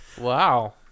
Wow